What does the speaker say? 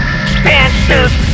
expensive